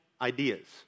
ideas